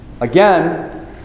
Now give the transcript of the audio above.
again